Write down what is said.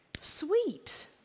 sweet